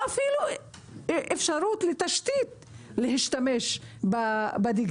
אפילו אפשרות לתשתית ואינו יכול להשתמש בדיגיטל.